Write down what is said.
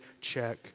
check